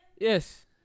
Yes